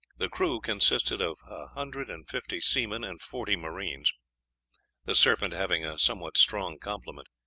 the crew consisted of a hundred and fifty seamen and forty marines the serpent having a somewhat strong complement.